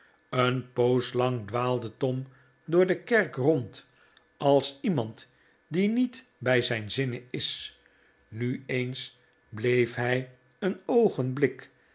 een pooslang dwaalde tom door de kerk rond als iemand die niet bij zijn zinnen is nu eens bleef hij een oogenblik